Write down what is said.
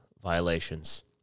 violations